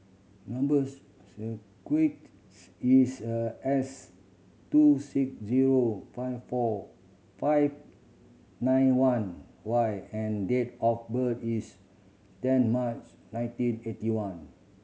number is A S two six zero five four five nine one Y and date of birth is ten March nineteen eighty one